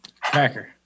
Cracker